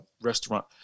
restaurant